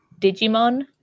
Digimon